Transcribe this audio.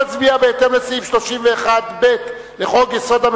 נצביע בהתאם לסעיף 31(ב) לחוק-יסוד: